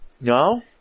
No